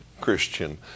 Christian